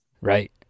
Right